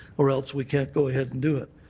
or else we can't go ahead and do it.